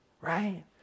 right